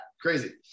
crazy